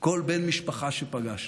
כל בן משפחה שפגשנו,